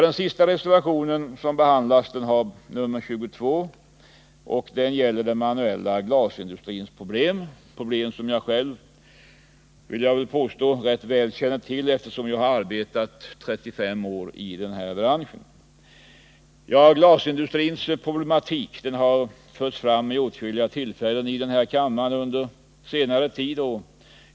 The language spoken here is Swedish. Den sista reservationen, som har nr 22, gäller den manuella glasindustrins problem. Det är problem som jag vill påstå att jag själv känner väl till, eftersom jag har arbetat 35 år i den branschen. Glasindustrins problematik har förts fram vid åtskilliga tillfällen här i kammaren under senare tid.